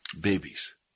babies